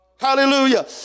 Hallelujah